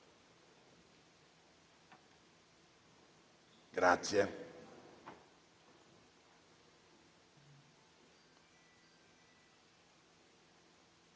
Grazie